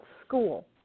school